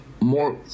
More